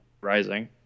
Rising